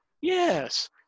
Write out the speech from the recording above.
Yes